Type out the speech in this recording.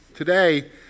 Today